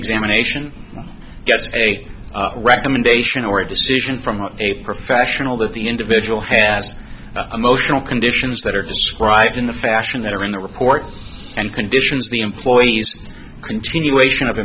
examination gets a recommendation or a decision from a professional that the individual has emotional conditions that are described in a fashion that are in the report and conditions the employees continuation of